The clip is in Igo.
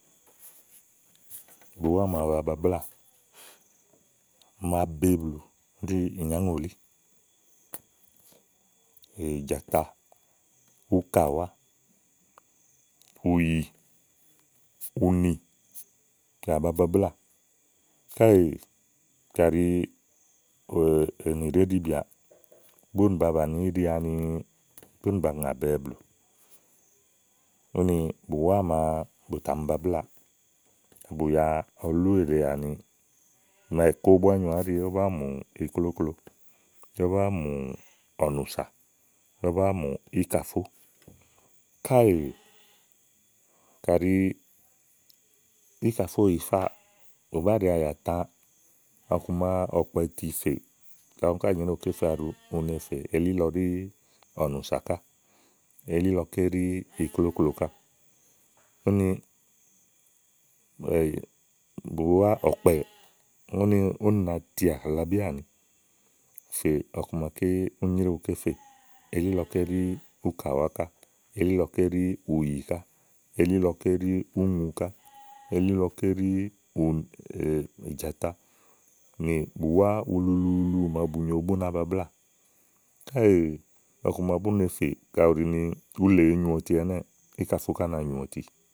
Bùwá màa ba babláà, máa be blù ɖí ìnyóŋòlì, ìjàta, úkàwá, ùyi, úni, bìà ba babláà káèè, káɖi ènì ɖèé ɖibìàà. búnì báa íɖi ani búnì bàa ŋà bɛ̀ɛ blù úni bùwá màa bù tà mi babláà màa ìkó búá nyoà áɖi ówó báa mu iklóklo, ówó báa mù ɔ̀nù sà, ówó báa mù íkàfó káèè kàɖi íkàfó yìifáà. ù bá ɖìi àyàtã ɔku màa ɔ̀kpɛ̀ɛ ɛti fèè kaɖi úni ká nyrèéwu ké fe aɖu une fè elílɔ ɖi ɔ̀nùsà ká elílɔké ɖí iklóklo ká úni bùwá ɔ̀kpɛ̀ úni na ti àhlabí àni fè ɔku maké úni nyréwu ké fè elílɔké ɖí úkàwáká, elílɔké ɖí ùyì ká elílɔké ɖí ùŋu ká, elílɔké ɖí ùni ìjàtà ni ùwá ululuulu màa bu nyo bú na babláà kaèè ɔku ma bú ne fèè kayi úle èé nyu ɔti ɛnɛ́ɛ, íkàfó ká na nyù ɔtì.